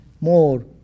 more